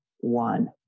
One